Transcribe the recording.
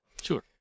sure